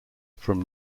from